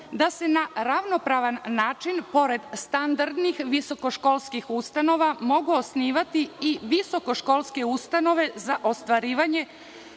da se na ravnopravan način, pored standardnih visokoškolskih ustanova mogu osnivati i visokoškolske ustanove za ostvarivanje